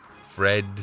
Fred